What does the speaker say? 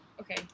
okay